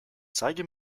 zeige